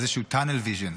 איזשהו tunnel vision,